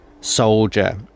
soldier